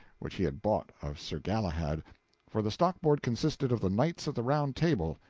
which he had bought of sir galahad for the stock-board consisted of the knights of the round table,